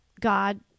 God